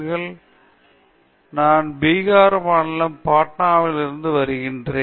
ஸ்வேதாம்புல் தாஸ் நான் பீகாரில் மாநிலம் பாட்னாவிலிருந்து வருகிறேன்